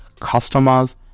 customers